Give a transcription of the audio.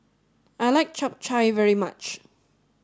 I like Chap Chai very much